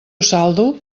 saldo